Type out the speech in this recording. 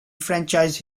franchise